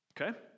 Okay